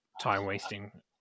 time-wasting